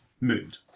moved